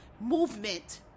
movement